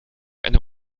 eine